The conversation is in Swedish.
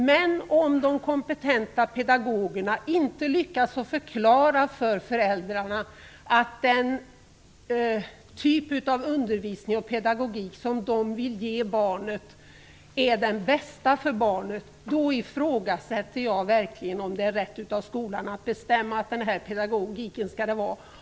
Men om de kompetenta pedagogerna inte lyckas förklara för föräldrarna att den typ av undervisning och pedagogik som de vill ge barnet är den bästa för barnet, då ifrågasätter jag verkligen om det är rätt av skolan att bestämma att det skall vara just denna pedagogik.